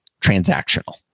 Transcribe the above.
transactional